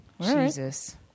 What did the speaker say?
Jesus